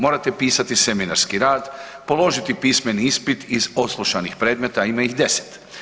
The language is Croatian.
Morate pisati seminarski rad, položiti pismeni ispit iz odslušanih predmeta, a ima ih 10.